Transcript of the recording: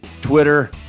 Twitter